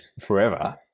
forever